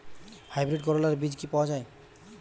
Hybrid করলার বীজ কি পাওয়া যায়?